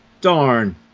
Darn